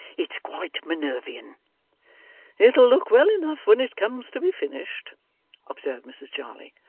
it's quite minervian it'll look well enough when it comes to be finished observed mrs jarley.